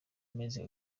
meze